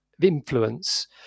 influence